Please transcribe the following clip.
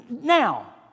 now